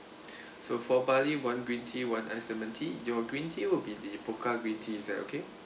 so four barley one green tea one iced lemon tea your green tea will be the pokka green tea is that okay